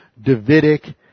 Davidic